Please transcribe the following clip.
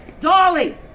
Dolly